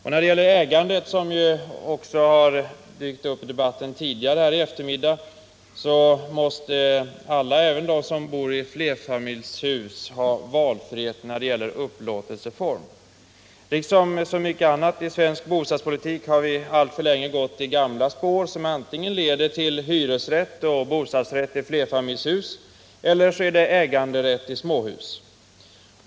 Beträffande ägandet, som också dykt upp här i debatten tidigare i eftermiddag, anser jag att alla, även de som bor i flerfamiljshus, måste ha valfrihet när det gäller upplåtelseform. Liksom vad gäller så mycket annat i svensk bostadspolitik har vi alltför länge gått i gamla spår som antingen leder till hyresrätt och bostadsrätt i flerfamiljshus eller äganderätt i småhus.